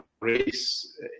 race